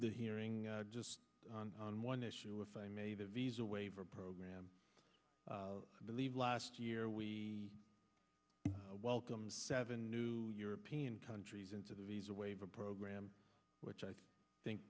that hearing just on on one issue if i may the visa waiver program i believe last year we welcome seven new european countries into the visa waiver program which i think